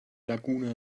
laguna